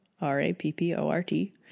R-A-P-P-O-R-T